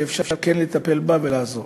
שאפשר לטפל בה ולעזור.